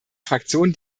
fraktion